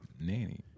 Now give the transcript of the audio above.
nanny